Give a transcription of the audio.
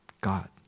God